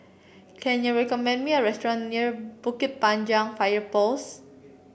can you recommend me a restaurant near Bukit Panjang Fire Post